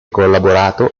collaborato